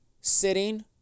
sitting